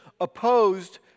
opposed